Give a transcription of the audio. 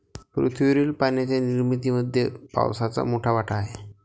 पृथ्वीवरील पाण्याच्या निर्मितीमध्ये पावसाचा मोठा वाटा आहे